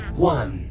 one